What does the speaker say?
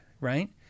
right